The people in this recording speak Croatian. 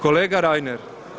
Kolega Reiner,